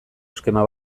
eskema